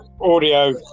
audio